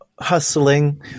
hustling